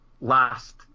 last